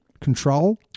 Control